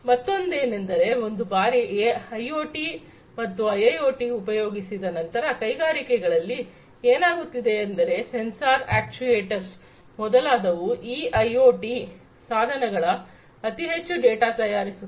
ಮತ್ತೊಂದೇನೆಂದರೆ ಒಂದು ಬಾರಿ ಐಒಟಿ ಮತ್ತು ಐಐಒಟಿ ಉಪಯೋಗಿಸಿದ ನಂತರ ಕೈಗಾರಿಕೆಗಳಲ್ಲಿ ಏನಾಗುತ್ತಿದೆಯೆಂದರೆ ಸೆನ್ಸರ್ ಅಕ್ಟ್ಯುಯೇಟರ್ಸ ಮೊದಲಾದವು ಈ ಐಒಟಿ ಸಾಧನಗಳು ಅತಿ ಹೆಚ್ಚು ಡೇಟಾ ತಯಾರಿಸುತ್ತದೆ